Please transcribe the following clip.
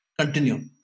continue